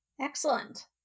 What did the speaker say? Excellent